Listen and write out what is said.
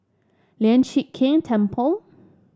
Lian Chee Kek Temple